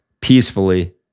peacefully